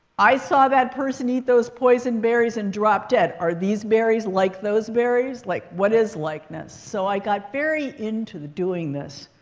i saw that person eat those poison berries and drop dead. are these berries like those berries? like, what is likeness? so i got very into doing this.